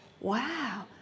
wow